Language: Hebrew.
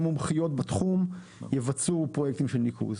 מומחיות בתחום יבצעו פרויקטים של ניקוז.